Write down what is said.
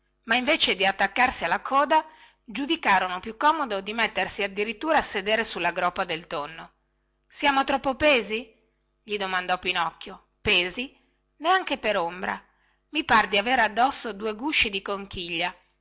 ma invece di attaccarsi alla coda giudicarono più comodo di mettersi addirittura a sedere sulla groppa del tonno siamo troppo pesi gli domandò pinocchio pesi neanche per ombra i par di avere addosso due gusci di conchiglia